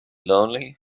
lonely